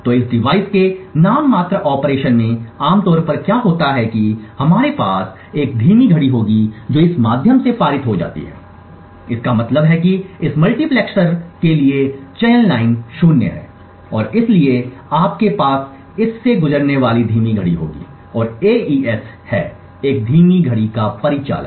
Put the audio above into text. तो इस डिवाइस के नाममात्र ऑपरेशन में आम तौर पर क्या होता है कि हमारे पास एक धीमी घड़ी होगी जो इस माध्यम से पारित हो जाती है इसका मतलब है कि इस मल्टीप्लेक्सर के लिए चयन लाइन शून्य है और इसलिए आपके पास इस से गुजरने वाली धीमी घड़ी होगी और एईएस है एक धीमी घड़ी पर परिचालन